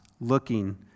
looking